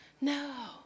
no